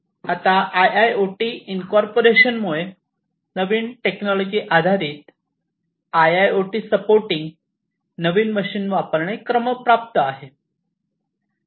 आता I O T incorporation मुळे नवीन टेक्नॉलॉजी आधारित आयआयओटी सपोर्टिंग नवीन मशीन वापरणे क्रमप्राप्त आहे